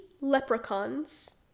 Leprechauns